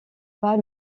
pas